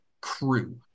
crew